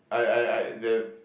I I I there